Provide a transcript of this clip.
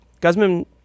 Guzman